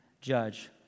judge